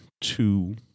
two